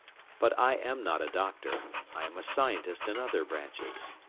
but i am not a doctor. i am a scientist in other branches.